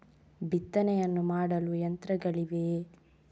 ಬಿತ್ತನೆಯನ್ನು ಮಾಡಲು ಯಂತ್ರಗಳಿವೆಯೇ?